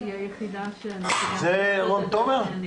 אם את יכולה להחליף את רון תומר, תחליפי.